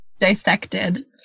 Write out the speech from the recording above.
dissected